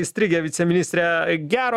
įstrigę viceministre gero